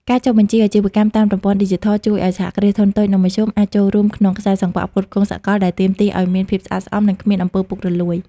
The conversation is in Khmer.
ការចុះបញ្ជីអាជីវកម្មតាមប្រព័ន្ធឌីជីថល ជួយឱ្យ សហគ្រាសធុនតូច និងមធ្យម អាចចូលរួមក្នុងខ្សែសង្វាក់ផ្គត់ផ្គង់សកល ដែលទាមទារឱ្យមានភាពស្អាតស្អំ និងគ្មាន អំពើពុករលួយ។